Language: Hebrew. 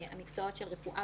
מקצועות כמו: חינוך ורפואה